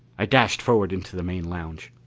i dashed forward into the main lounge.